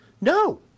No